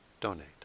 donate